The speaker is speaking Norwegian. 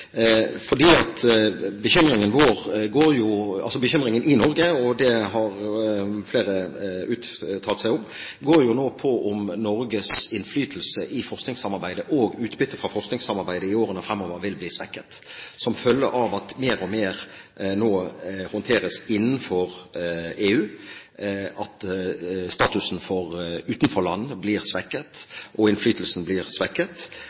Bekymringen i Norge – og det har flere uttalt seg om – går på om Norges innflytelse i forskningssamarbeidet og utbytte fra forskningssamarbeidet i årene fremover vil bli svekket som følge av at mer og mer nå håndteres innenfor EU, og at statusen og innflytelsen for utenforlandene blir svekket